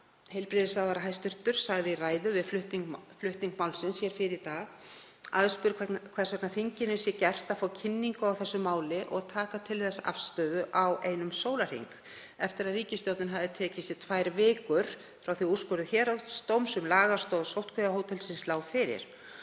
heilbrigðisráðherra sagði í ræðu við flutning málsins hér fyrr í dag — spurð hvers vegna þinginu væri gert að fá kynningu á þessu máli og taka til þess afstöðu á einum sólarhring eftir að ríkisstjórnin hefði tekið sér tvær vikur frá því að úrskurður héraðsdóms um lagastoð sóttkvíarhótelsins lá fyrir